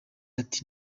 ati